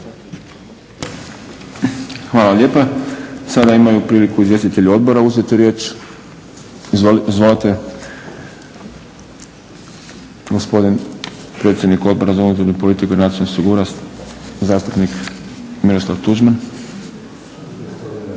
Hvala lijepa. Sada imaju priliku izvjestitelji odbora uzeti riječ. Izvolite. Gospodin predsjednik Odbora za unutarnju politiku i nacionalnu sigurnost zastupnik Miroslav Tuđman.